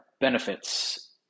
benefits